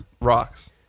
rocks